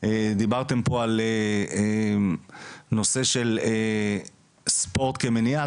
דיברתם פה על נושא של ספורט כמניעה.